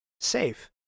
safe